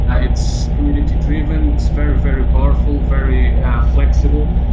and it's community-driven, it's very, very powerful, very flexible,